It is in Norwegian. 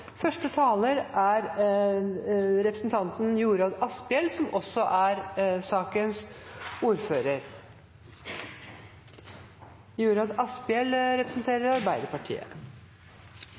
Første taler er representanten Une Aina Bastholm for Rasmus Hansson, som er sakens ordfører.